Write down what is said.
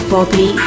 Bobby